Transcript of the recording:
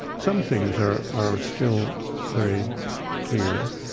some things are are still very clear,